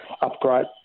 upgrade